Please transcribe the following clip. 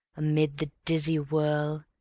amid the dizzy whirl,